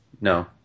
No